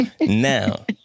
Now